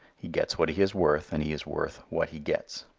he gets what he is worth, and he is worth what he gets.